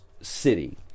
city